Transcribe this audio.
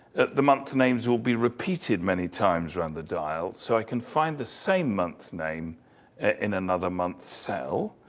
the month names will be repeated many times around the dial. so i can find the same month name in another month cell,